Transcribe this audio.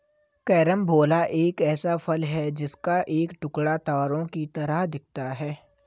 carambola एक ऐसा फल है जिसका एक टुकड़ा तारों की तरह दिखता है